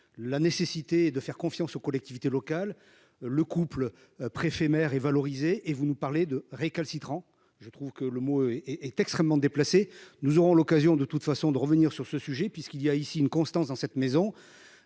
la nécessité de faire confiance aux collectivités locales. Le couple préfets maires et valoriser et vous nous parlez de récalcitrants. Je trouve que le mot est est extrêmement déplacé. Nous aurons l'occasion de toute façon, de revenir sur ce sujet, puisqu'il y a ici une constance dans cette maison